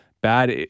bad